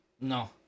No